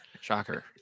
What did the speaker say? Shocker